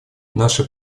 наше